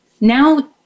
Now